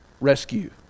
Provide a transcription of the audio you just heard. Rescue